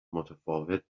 متفاوت